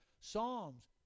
Psalms